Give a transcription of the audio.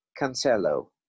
Cancelo